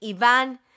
Ivan